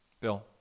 Bill